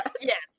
Yes